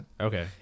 Okay